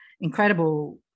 incredible